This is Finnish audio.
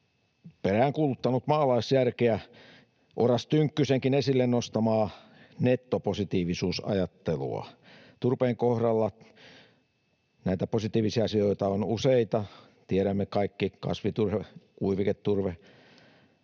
peräänkuuluttanut maalaisjärkeä, Oras Tynkkysenkin esille nostamaa nettopositiivisuusajattelua. Turpeen kohdalla näitä positiivisia asioita on useita. Tiedämme kaikki kasvuturpeen, kuiviketurpeen,